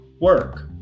work